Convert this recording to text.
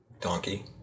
Donkey